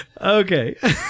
Okay